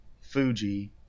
Fuji